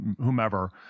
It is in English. whomever